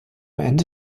ende